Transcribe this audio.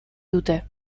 dute